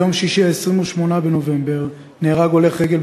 ביום שישי 28 בנובמבר נהרג הולך רגל